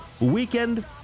weekend